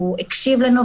הוא הקשיב לנו,